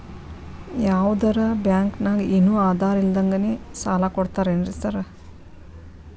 ಯಾವದರಾ ಬ್ಯಾಂಕ್ ನಾಗ ಏನು ಆಧಾರ್ ಇಲ್ದಂಗನೆ ಸಾಲ ಕೊಡ್ತಾರೆನ್ರಿ ಸಾರ್?